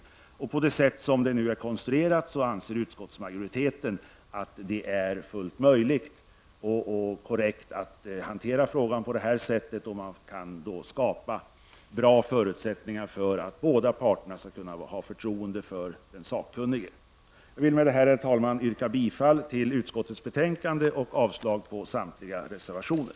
Utskottsmajoriteten anser att det med den nuvarande konstruktionen är fullt möjligt och korrekt att hantera frågan på det här sättet och att det kan skapas bra förutsättningar för att båda parter skall kunna ha förtroende för den sakkunnige. Herr talman! Jag vill med det anförda yrka bifall till utskottets hemställan och avslag på samtliga reservationer.